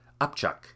Upchuck